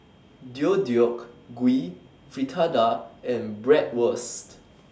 Deodeok Gui Fritada and Bratwurst